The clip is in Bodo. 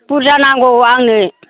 बुरजा नांगौ आंनो